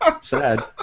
Sad